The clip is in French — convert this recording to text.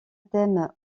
thème